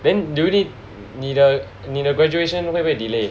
then do you need 你的你的 graduation 会不会 delay